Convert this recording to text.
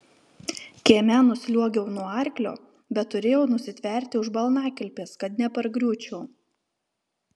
kieme nusliuogiau nuo arklio bet turėjau nusitverti už balnakilpės kad nepargriūčiau